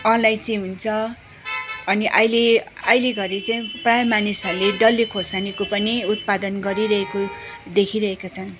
अलैँची हुन्छ अनि अहिले अहिले घडी चाहिँ प्रायः मानिसहरूले डल्ले खोर्सानीको पनि उत्पादन गरिरहेको देखिरहेका छन्